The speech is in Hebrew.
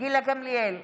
גילה גמליאל,